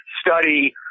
study